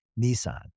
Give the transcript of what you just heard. Nissan